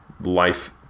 life